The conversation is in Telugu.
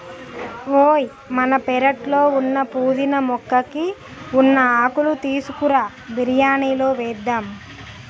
ఓయ్ మన పెరట్లో ఉన్న పుదీనా మొక్కకి ఉన్న ఆకులు తీసుకురా బిరియానిలో వేద్దాం